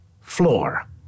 floor